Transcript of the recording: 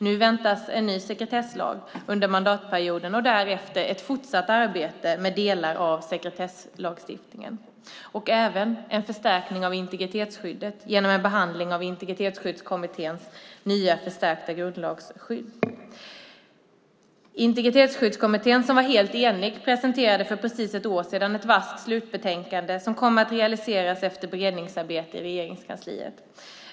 Nu väntas en ny sekretesslag under mandatperioden och därefter ett fortsatt arbete med delar av sekretesslagstiftningen och även en förstärkning av integritetsskyddet genom en behandling av Integritetsskyddskommitténs nya förstärkta grundlagsskydd. Integritetsskyddskommittén, som var helt enig, presenterade för precis ett år sedan ett vasst slutbetänkande som kommer att realiseras efter beredningsarbete i Regeringskansliet.